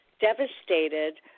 devastated